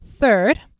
Third